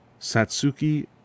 satsuki